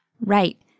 Right